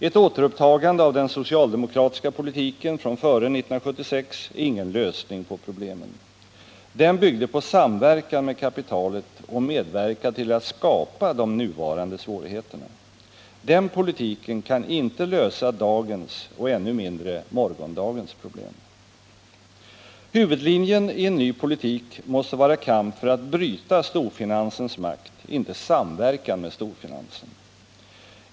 Ett återupptagande av den socialdemokratiska politiken från före 1976 är ingen lösning på problemen. Den byggde på samverkan med kapitalet och medverkade till att skapa de nuvarande svårigheterna. Den politiken kan inte lösa dagens och ännu mindre morgondagens problem. Huvudlinjen i en ny politik måste vara kamp för att bryta storfinansens makt, inte samverkan med storfinansen.